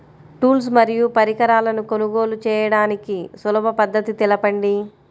Tools మరియు పరికరాలను కొనుగోలు చేయడానికి సులభ పద్దతి తెలపండి?